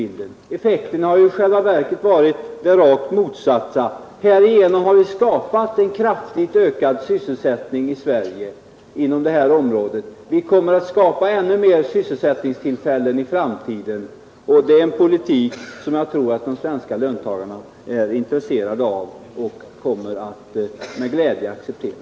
Det är därför angeläget att framhålla att effekten här i själva verket varit den rakt motsatta: härigenom har vi skapat en kraftigt ökad sysselsättning i Sverige inom detta område. Vi kommer att skapa ännu mer sysselsättningstillfällen i framtiden, och det är en politik som jag tror att de svenska löntagarna är intresserade av och kommer att med glädje acceptera.